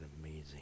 amazing